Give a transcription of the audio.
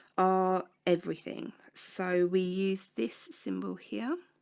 ah everything so we use this symbol here